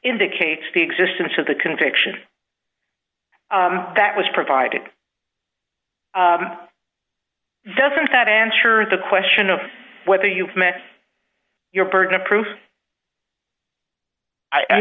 indicates the existence of the conviction that was provided doesn't that answer the question of whether you've met your burden of proof i